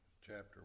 chapter